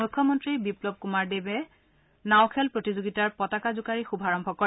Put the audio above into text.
মুখ্যমন্ত্ৰী বিল্পৰ কৃমাৰ দেৱে নাঁও প্ৰতিযোগিতাৰ পতাকা জোকাৰি শুভাৰম্ভ কৰে